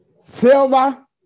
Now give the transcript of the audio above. silver